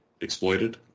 exploited